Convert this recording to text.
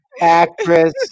actress